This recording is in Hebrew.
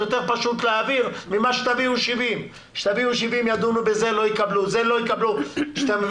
יותר פשוט להעביר אותן אם תביאו 70. כשאתה מביא